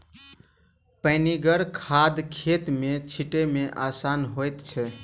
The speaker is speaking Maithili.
पनिगर खाद खेत मे छीटै मे आसान होइत छै